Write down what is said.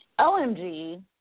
OMG